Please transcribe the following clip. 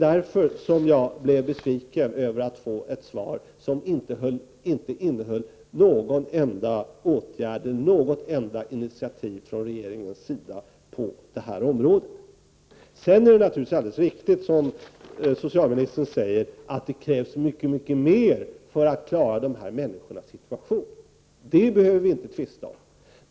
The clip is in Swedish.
Därför blir jag besviken över att få ett svar som inte innehöll något enda initiativ från regeringens sida på det här området. Det är naturligtvis också riktigt som socialministern säger att det krävs mycket mer för att klara de här människornas situation, det behöver vi inte tvista om.